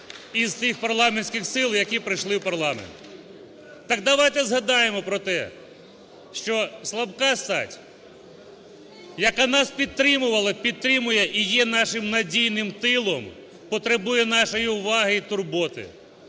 із тих парламентських сил, які прийшли в парламент. Так давайте згадаємо про те, що слабка стать, яка нас підтримувала, підтримує і є нашим надійним тилом, потребує нашої уваги і турботи,